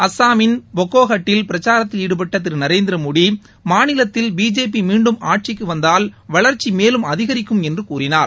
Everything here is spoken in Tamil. அசாமின் போக்காஹட்டில் பிரச்சாரத்தில் ஈடுபட்ட திரு நரேந்திர மோடி மாநிலத்தில் பிஜேபி மீண்டும் ஆட்சிக்கு வந்தால் வளர்ச்சி மேலும் அதிகரிக்கும் என்று கூறினார்